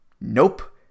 Nope